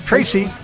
Tracy